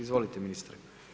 Izvolite, ministre.